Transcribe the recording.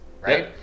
right